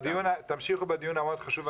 תמשיכו בדיון המאוד חשוב.